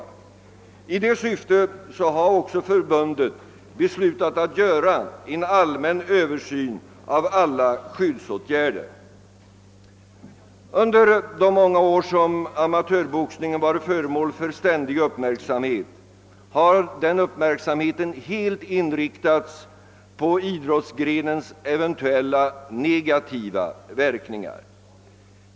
I det syftet har också förbundet beslutat att göra en allmän översyn av alla skyddsåtgärder. Under de många år som amatörboxningen varit föremål för ständig uppmärksamhet har denna helt inriktats på idrottsgrenens eventuella negativa verkningar.